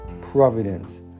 providence